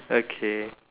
okay